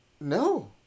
No